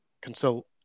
consult